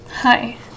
Hi